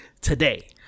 today